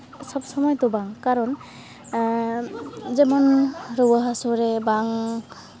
ᱥᱚᱵ ᱥᱚᱢᱚᱭ ᱫᱚ ᱵᱟᱝ ᱠᱟᱨᱚᱱ ᱡᱮᱢᱚᱱ ᱨᱩᱣᱟᱹ ᱦᱟᱹᱥᱩ ᱨᱮ ᱵᱟᱝ